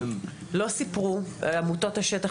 לא סיפרו על עמותות השטח,